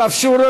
תודה רבה.